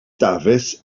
dafis